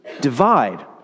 divide